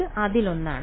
ഇത് അതിലൊന്നാണ്